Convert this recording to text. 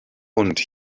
und